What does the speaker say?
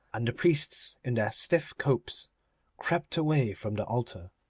and the priests in their stiff copes crept away from the altar.